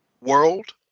world